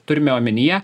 turime omenyje